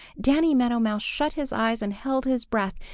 danny meadow mouse shut his eyes and held his breath.